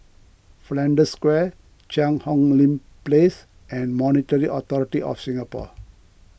Flanders Square Cheang Hong Lim Place and Monetary Authority of Singapore